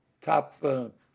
top